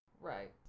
Right